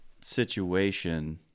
situation